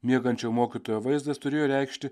miegančio mokytojo vaizdas turėjo reikšti